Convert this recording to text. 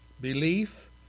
Belief